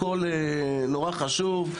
הכל נורא חשוב,